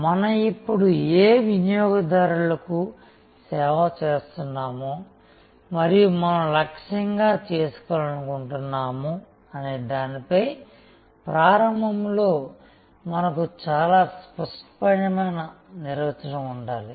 మనం ఇప్పుడు ఏ వినియోగదారులకు సేవ చేస్తున్నామో మరియు మనం లక్ష్యంగా చేసుకోవాలనుకుంటున్నాము అనే దానిపై ప్రారంభంలో మనకు చాలా స్ఫుటమైన నిర్వచనం ఉండాలి